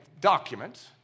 document